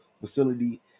facility